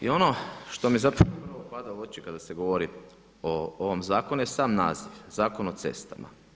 I ono što mi zapravo upravo pada u oči kada se govori o ovom zakonu je sam naziv, Zakon o cestama.